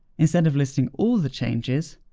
instead of listing all the changes,